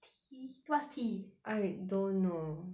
T what's T I don't know